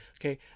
okay